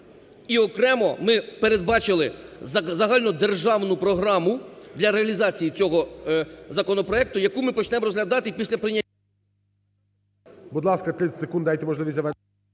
і окремо ми передбачили загальнодержавну програму для реалізації цього законопреокту, яку ми почнемо розглядати після прийняття.